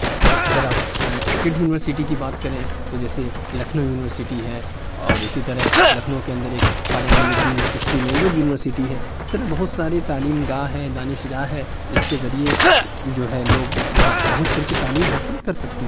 اگر آپ state university کی بات کریں تو جیسے لکھنؤ یونیورسٹی ہے اور اسی طرح لکھنؤ کے اندر ایک Khwaja Moinuddin Chishti language university ہے اس طرح بہت ساری تعلیم گاہ ہیں دانش گاہ ہیں جس کے ذریعے جو ہے لوگ وہاں پہنچ کر کے تعلیم حاصل کر سکتے ہیں